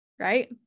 right